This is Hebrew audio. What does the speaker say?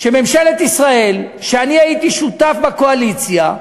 שממשלת ישראל, כשאני הייתי שותף בקואליציה,